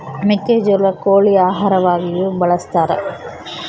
ಮೆಕ್ಕೆಜೋಳ ಕೋಳಿ ಆಹಾರವಾಗಿಯೂ ಬಳಸತಾರ